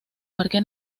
parque